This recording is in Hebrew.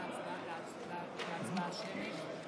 משכת את ההצבעה השמית?